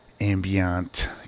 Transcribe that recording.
ambient